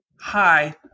Hi